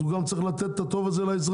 אבל הוא גם צריך לתת את ה-"טוב" הזה לאזרח,